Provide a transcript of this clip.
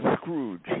Scrooge